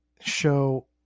show